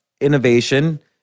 innovation